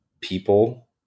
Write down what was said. people